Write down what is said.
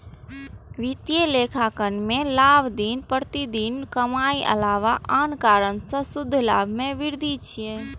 वित्तीय लेखांकन मे लाभ दिन प्रतिदिनक कमाइक अलावा आन कारण सं शुद्ध लाभ मे वृद्धि छियै